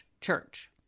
church